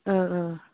औ औ